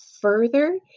further